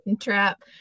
trap